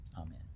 amen